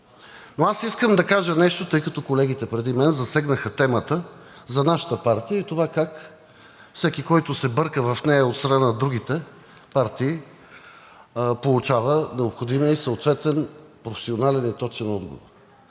Но аз искам да кажа нещо, тъй като колегите преди мен засегнаха темата за нашата партия и това как всеки, който се бърка в нея от страна на другите партии, получава необходимия и съответно професионален и точен отговор.